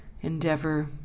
endeavor